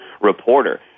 reporter